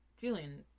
Julian